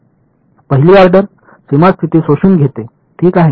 पहिली ऑर्डर सीमा स्थिती शोषून घेते ठीक आहे